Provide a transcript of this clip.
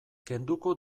kenduko